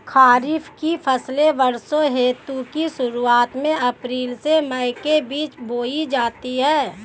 खरीफ की फसलें वर्षा ऋतु की शुरुआत में अप्रैल से मई के बीच बोई जाती हैं